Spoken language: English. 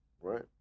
right